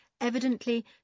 Evidently